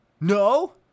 No